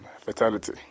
fatality